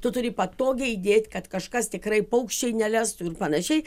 tu turi patogiai įdėt kad kažkas tikrai paukščiai nelestų ir panašiai